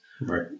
right